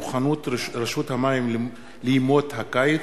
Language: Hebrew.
מוכנות רשות המים לימות הקיץ,